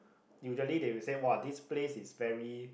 usually they will say !wah! this place is very